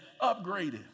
upgraded